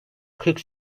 kırk